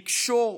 לקשור,